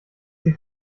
sie